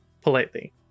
politely